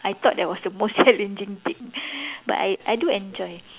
I thought that was the most challenging thing but I I do enjoy